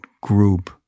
group